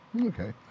Okay